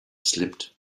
slipped